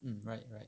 mm right right